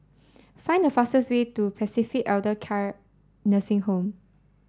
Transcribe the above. find the fastest way to Pacific Elder Care Nursing Home